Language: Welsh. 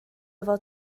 fod